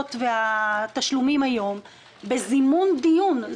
העברות והתשלומים היום בזימון דיון.